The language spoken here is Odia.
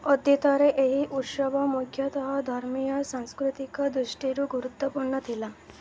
ଅତୀତରେ ଏହି ଉତ୍ସବ ମୁଖ୍ୟତଃ ଧର୍ମୀୟ ସାଂସ୍କୃତିକ ଦୃଷ୍ଟିରୁ ଗୁରୁତ୍ୱପୂର୍ଣ୍ଣ ଥିଲା